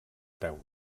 teula